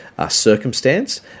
circumstance